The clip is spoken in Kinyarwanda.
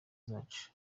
zacu